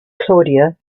claudia